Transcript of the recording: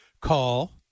call